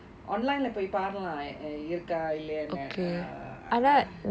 online போய் பாக்கல இருக்கா இல்லையானு:poi paakalaa irukkaa illaiyaanu uh ah